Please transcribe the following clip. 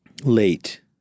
Late